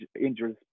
injuries